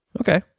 Okay